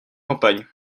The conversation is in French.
campagne